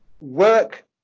work